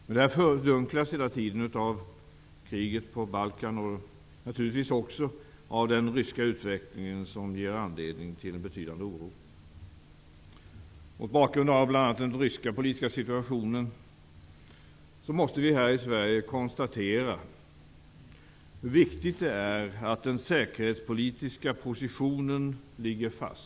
Detta fördunklas dock av kriget på Balkan och naturligtvis också av utvecklingen i Ryssland, som ger anledning till betydande oro. Mot bakgrund av bl.a. den ryska politiska situationen måste vi här i Sverige konstatera hur viktigt det är att den säkerhetspolitiska positionen ligger fast.